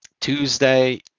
Tuesday